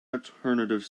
alternative